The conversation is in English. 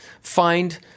find